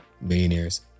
Millionaires